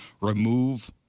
remove